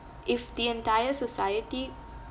if the entire society